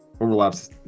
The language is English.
overlaps